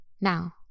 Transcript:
Now